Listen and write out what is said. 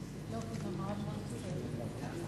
הכנסת אורית זוארץ ואני,